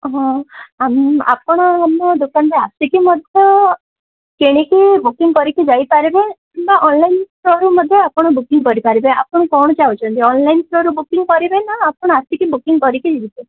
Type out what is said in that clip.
ହଁ ଆମ ଆପଣ ଆମ ଦୋକାନକୁ ଆସିକି ମଧ୍ୟ କିଣିକି ବୁକିଂ କରିକି ଯାଇପାରିବେ କିମ୍ବା ଅନଲାଇନ୍ ଥ୍ରୋରେ ମଧ୍ୟ ଆପଣ ବୁକିଂ କରିପାରିବେ ଆପଣ କ'ଣ ଚାହୁଁଛନ୍ତି ଅନଲାଇନ୍ ଥ୍ରୋରେ ବୁକିଂ କରିବେ ନା ଆପଣ ଆସିକି ବୁକିଂ କରିକି ଯିବେ